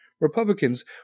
Republicans